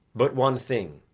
but one thing,